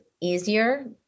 easier